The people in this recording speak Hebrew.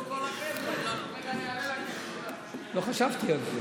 לא חשבתי על זה.